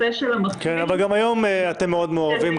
נכון, זה מה שאמרתי.